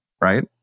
right